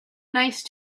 nice